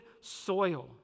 soil